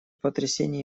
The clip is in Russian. потрясения